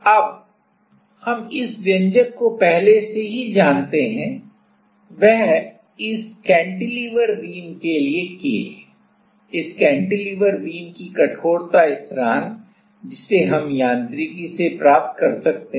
अब हम इस व्यंजक को पहले से ही जानते हैं वह इस ब्रैकट बीम के लिए K है इस ब्रैकट बीम की कठोरता स्थिरांक जिसे हम यांत्रिकी से प्राप्त कर सकते हैं